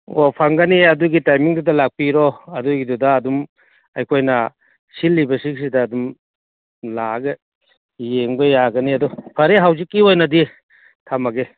ꯑꯣ ꯐꯪꯒꯅꯤ ꯑꯗꯨꯒꯤ ꯇꯥꯏꯃꯤꯡꯗꯨꯗ ꯂꯥꯛꯄꯤꯔꯣ ꯑꯗꯨꯏꯒꯤꯗꯨꯗ ꯑꯗꯨꯝ ꯑꯩꯈꯣꯏꯅ ꯁꯤꯜꯂꯤꯕꯁꯤꯡꯁꯤꯗ ꯑꯗꯨꯝ ꯂꯥꯛꯑꯒ ꯌꯦꯡꯕ ꯌꯥꯒꯅꯤ ꯑꯗꯣ ꯐꯔꯦ ꯍꯧꯖꯤꯛꯀꯤ ꯑꯣꯏꯅꯗꯤ ꯊꯝꯃꯒꯦ